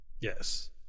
Yes